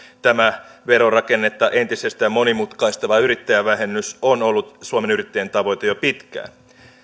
tämä verorakennetta entisestään monimutkaistava yrittäjävähennys on ollut suomen yrittäjien tavoite jo pitkään